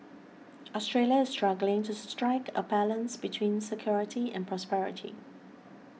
Australia is struggling to strike a balance between security and prosperity